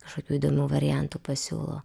kažkokių įdomių variantų pasiūlo